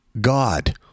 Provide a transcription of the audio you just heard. God